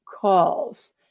calls